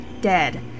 dead